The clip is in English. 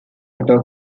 auto